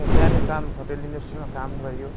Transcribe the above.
त्यहाँ सानो काम होटेल इन्डस्ट्रीमा काम गरियो